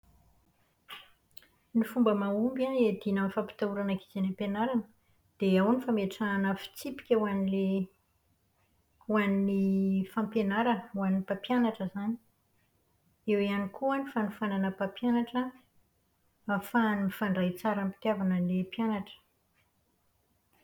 Ny fomba mahomby an iadiana amin'ny fampitahorana ankizy any ampianarana, dia ao ny fametrahana fitsipika ho an'ilay ho an'ny fampianarana, ho an'ny mpampianatra izany. Eo ihany koa ny fanofanana mpampianatra mba ahafahana mifandray tsara am-pitiavana amin'ilay mpianatra.